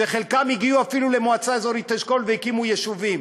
שחלקם הגיעו אפילו למועצה אזורית אשכול והקימו יישובים,